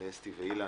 אסתי ואילן,